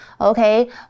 Okay